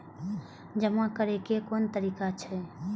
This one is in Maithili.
जमा करै के कोन तरीका छै?